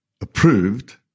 approved